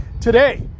today